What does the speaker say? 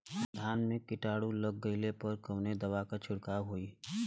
धान में कीटाणु लग गईले पर कवने दवा क छिड़काव होई?